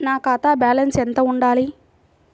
నా ఖాతా బ్యాలెన్స్ ఎంత ఉండాలి?